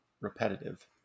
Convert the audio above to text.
repetitive